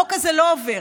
החוק הזה לא עובר.